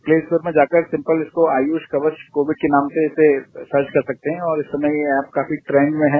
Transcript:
play store में जाकर simple इसको आयुष कवच कोविड के नाम से इसे सर्च कर सकते है ओर इस समय यह ऐप काफी द्रेंड में है